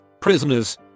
Prisoners